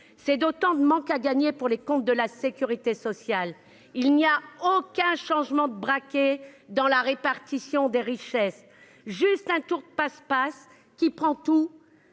Autant de manque à gagner pour les comptes de la sécurité sociale ! Il n'y a aucun changement de braquet dans la répartition des richesses. Il s'agit juste d'un tour de passe-passe qui prend tout